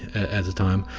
at the time.